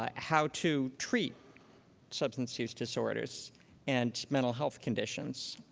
ah how to treat substance use disorders and mental health conditions.